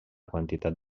quantitat